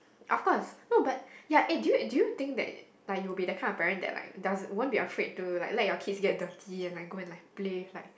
after I no but ya eh do you do you think that like you will be that kind of parent that like does won't be afraid to like let your kids get dirty and like go and like play like